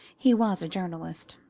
he was a journalist.